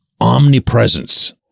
omnipresence